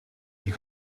you